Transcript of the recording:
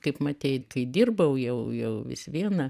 kaip matei kai dirbau jau jau vis viena